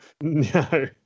No